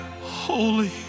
holy